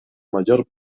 mayor